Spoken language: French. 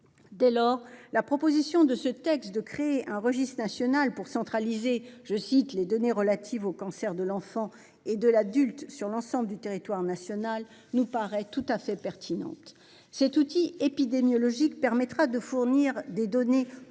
Dès lors, la proposition de ce texte de créer un registre national pour centraliser les données relatives aux cancers de l'enfant et de l'adulte sur l'ensemble du territoire national nous paraît tout à fait pertinente. Cet outil épidémiologique permettra de fournir des données populationnelles